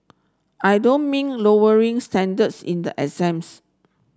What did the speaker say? I don't mean lowering standards in the exams